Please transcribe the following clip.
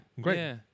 Great